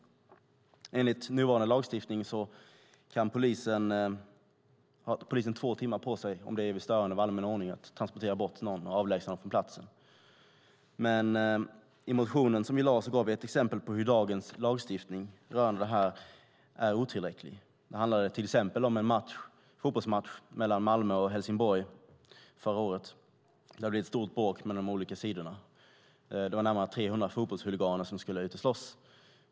Enligt nuvarande lagstiftning har polisen vid störande av allmän ordning två timmar på sig att transportera bort och avlägsna någon från platsen. I den motion som vi har väckt har vi gett ett exempel på hur dagens lagstiftning rörande det här är otillräcklig. Det handlar till exempel om en fotbollsmatch mellan Malmö och Helsingborg förra året, då det blev ett stort bråk mellan de olika sidorna. Det var närmare 300 fotbollshuliganer som skulle ut och slåss.